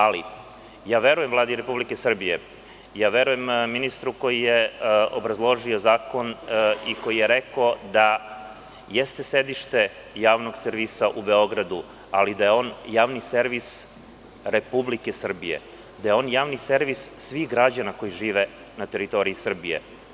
Ali, ja verujem Vladi Republike Srbije, verujem ministru koji je obrazložio zakon i koji je rekao da jeste sedište javnog servisa u Beogradu, ali da je on javni servis Republike Srbije, da je on javni servis svih građana koji žive na teritoriji Republike Srbije.